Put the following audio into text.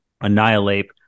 Annihilate